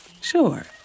Sure